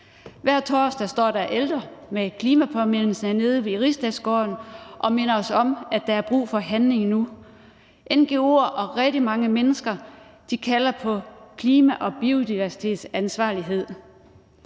Hver torsdag står der ældre med klimapåmindelse hernede i Rigsdagsgården og minder os om, at der er brug for handling nu. Ngo'er og rigtig mange mennesker kalder på klima- og biodiversitetsansvarlighed,